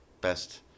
best